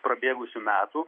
prabėgusių metų